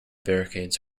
barricades